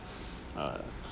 uh